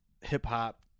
hip-hop